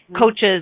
coaches